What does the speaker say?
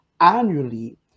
annually